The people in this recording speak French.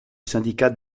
syndicat